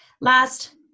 Last